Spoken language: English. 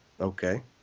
Okay